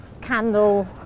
candle